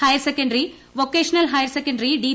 higher secondary vocational higher secondary D